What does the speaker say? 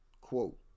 quote